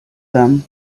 them